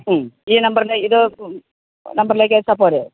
മ്മ് ഈ നമ്പർൽ ഇത് നമ്പർലേക്ക് അയച്ചാൽപ്പോരെ